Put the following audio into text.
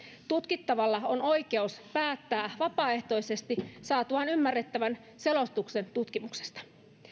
tutkittavalla on oikeus päättää vapaaehtoisesti saatuaan ymmärrettävän selostuksen tutkimuksesta